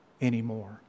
anymore